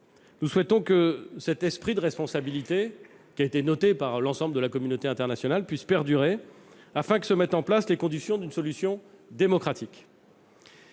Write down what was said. Nous souhaitons que cet esprit de responsabilité, relevé par l'ensemble de la communauté internationale, puisse perdurer afin que se mettent en place les conditions d'une solution démocratique.